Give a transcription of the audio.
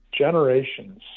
generations